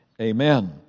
Amen